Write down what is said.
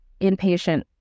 inpatient